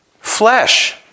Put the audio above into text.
flesh